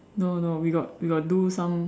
no no we got we got do some